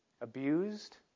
abused